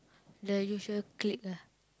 the usual clique lah